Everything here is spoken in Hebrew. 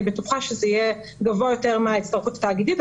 אני בטוחה שזה יהיה גבוה יותר מההצטרפות התאגידית,